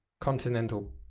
continental